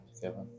Kevin